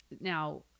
now